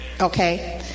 Okay